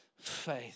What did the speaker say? faith